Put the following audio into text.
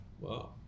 Wow